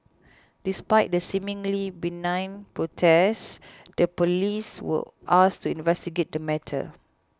despite the seemingly benign protest the police were asked to investigate the matter